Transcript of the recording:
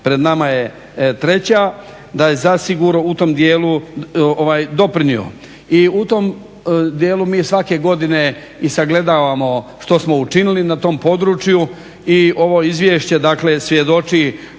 pred nama je 3. Da je zasigurno u tom dijelu, ovaj doprinio. I u tom dijelu mi svake godine i sagledavamo što smo učinili na tom području i ovo izvješće dakle svjedoči